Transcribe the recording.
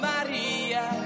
Maria